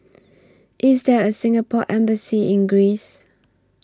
IS There A Singapore Embassy in Greece